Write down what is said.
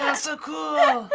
so cool.